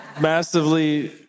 Massively